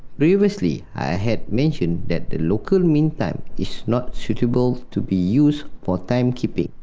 previously i had mentioned that the local mean time is not suitable to be used for timekeeping.